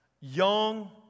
young